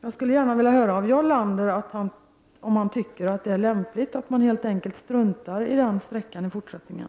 Jag skulle gärna vilja höra om Jarl Lander tycker att det är lämpligt att man helt enkelt struntar i den sträckan i fortsättningen.